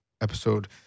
episode